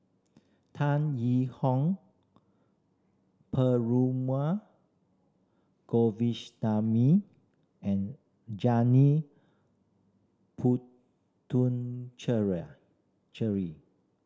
Tan Yee Hong Perumal and Janil